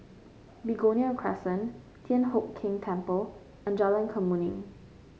Begonia Crescent Thian Hock Keng Temple and Jalan Kemuning